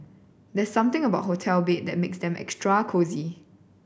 there's something about hotel bed that makes them extra cosy